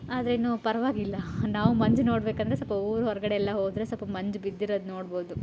ಆದ್ರೆನೂ ಪರವಾಗಿಲ್ಲ ನಾವು ಮಂಜು ನೋಡಬೇಕಂದ್ರೆ ಸ್ವಲ್ಪ ಊರು ಹೊರಗಡೆಯೆಲ್ಲ ಹೋದರೆ ಸ್ವಲ್ಪ ಮಂಜು ಬಿದ್ದಿರೋದು ನೋಡ್ಬೋದು